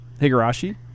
Higurashi